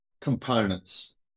components